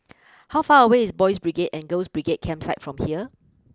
how far away is Boys' Brigade and Girls' Brigade Campsite from here